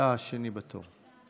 אתה השני בתור.